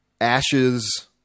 Ashes